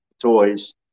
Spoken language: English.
toys